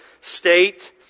state